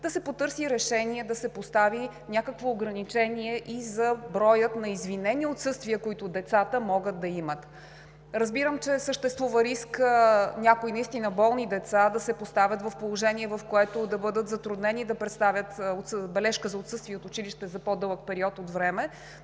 да се потърси решение, да се постави някакво ограничение и за броя неизвинени отсъствия, които децата могат да имат. Разбирам, че съществува риска някои наистина болни деца да се поставят в положение, в което да бъдат затруднени да представят бележка за отсъствие от училище за по-дълъг период от време,